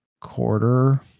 quarter